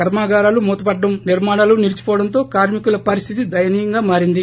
కర్మాగారాలు మూతపడ్డం నిర్మాణాలు నిలీచిపోవడంతో కార్మికుల పరిస్దితి దయనీయంగా మారింది